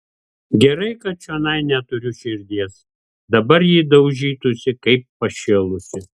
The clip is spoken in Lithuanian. gerai kad čionai neturiu širdies dabar ji daužytųsi kaip pašėlusi